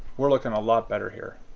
we're looking a lot better here.